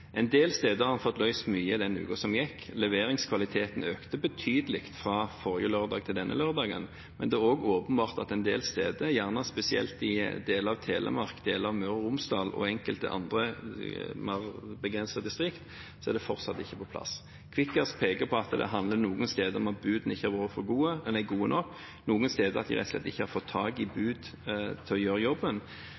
En del steder har fått løst mye i den uken som gikk. Leveringskvaliteten økte betydelig fra forrige lørdag til denne lørdagen, men det er også åpenbart at en del steder, gjerne spesielt i deler av Telemark, deler av Møre og Romsdal og enkelte andre, mer begrensede distrikter, er det fortsatt ikke på plass. Kvikkas peker på at det handler noen steder om at budene ikke har vært gode nok, noen steder at de rett og slett ikke har fått tak i